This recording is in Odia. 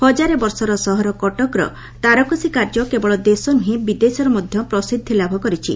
ହଜାରେ ବର୍ଷର ସହର କଟକର ତାରକସୀ କାର୍ଯ୍ୟ କେବଳ ଦେଶ ନୁହେଁ ବିଦେଶରେ ମଧ୍ୟ ପ୍ରସିଦ୍ଧି ଲାଭ କରିଛି